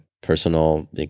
personal